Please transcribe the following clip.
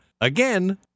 again